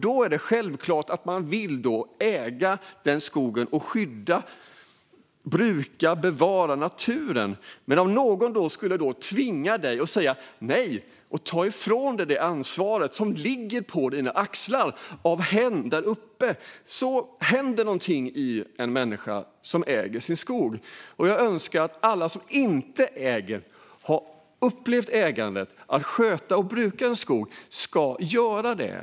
Då är det självklart att du vill äga skogen och skydda, bruka och bevara naturen. Säg att någon då skulle tvinga dig, säga nej och ta ifrån dig ansvaret som lagts på dina axlar av hen där uppe. Då händer något i en människa som äger sin skog. Jag önskar att alla som inte äger skog, som inte upplevt att sköta och bruka en skog, ska få göra det.